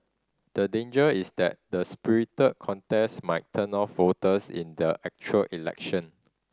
the danger is that the spirited contest might turn off voters in the actual election